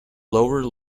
lower